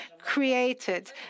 created